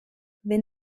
wenn